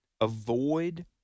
avoid